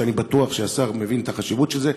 ואני בטוח שהשר מבין את החשיבות של זה,